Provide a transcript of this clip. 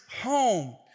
home